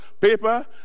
paper